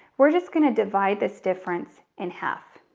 we're just gonna divide this difference in half.